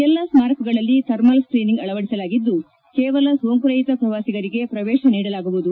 ಎಲ್ಲ ಸ್ಮಾರಕಗಳಲ್ಲಿ thermal screening ಅಳವಡಿಸಲಾಗಿದ್ದು ಕೇವಲ ಸೋಂಕುರಹಿತ ಪ್ರವಾಸಿಗರಿಗೆ ಪ್ರವೇತ ನೀಡಲಾಗುವುದು